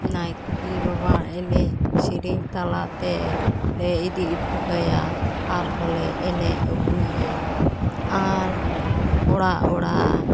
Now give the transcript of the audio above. ᱱᱟᱭᱠᱮ ᱵᱟᱵᱟ ᱮᱱᱮᱡ ᱥᱮᱨᱮᱧ ᱛᱟᱞᱟᱛᱮ ᱞᱮ ᱤᱫᱤ ᱚᱴᱚ ᱠᱟᱭᱟ ᱟᱨᱦᱚᱸ ᱞᱮ ᱮᱱᱮᱡ ᱟᱹᱜᱩᱭᱮᱭᱟ ᱟᱨ ᱚᱲᱟᱜ ᱚᱲᱟᱜ